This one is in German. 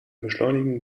beschleunigen